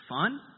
fun